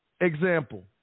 example